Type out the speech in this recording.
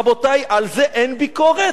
רבותי, על זה אין ביקורת?